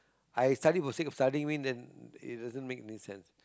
I study for the sake of studying then it doesn't make any sense